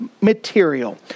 material